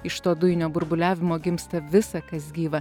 iš to dujinio burbuliavimo gimsta visa kas gyva